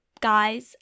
guys